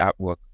artwork